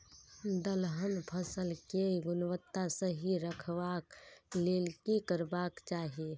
दलहन फसल केय गुणवत्ता सही रखवाक लेल की करबाक चाहि?